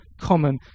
common